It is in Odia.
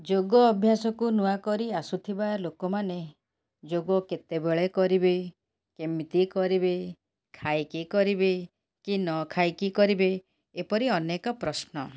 ଯୋଗ ଅଭ୍ୟାସକୁ ନୂଆକରି ଆସୁଥିବା ଲୋକମାନେ ଯୋଗ କେତେବେଳେ କରିବେ କେମିତି କରିବେ ଖାଇକି କରିବେ କି ନ ଖାଇକି କରିବେ ଏପରି ଅନେକ ପ୍ରଶ୍ନ